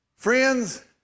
Friends